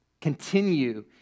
Continue